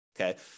okay